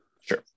Sure